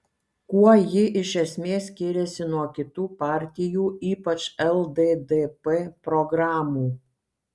kuo ji iš esmės skiriasi nuo kitų partijų ypač lddp programų